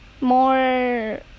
more